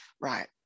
right